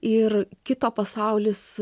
ir kito pasaulis